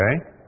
Okay